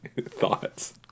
thoughts